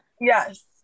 Yes